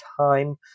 time